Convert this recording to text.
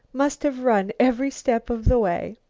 must have run every step of the way!